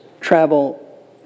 travel